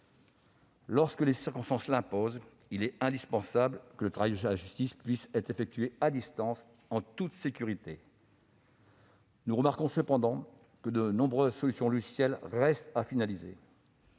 Lorsque les circonstances l'imposent, il est indispensable que le travail de la justice puisse être effectué à distance, en toute sécurité. Nous remarquons cependant que de nombreuses solutions logicielles restent à finaliser.